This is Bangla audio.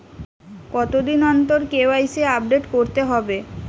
কতদিন অন্তর কে.ওয়াই.সি আপডেট করতে হবে?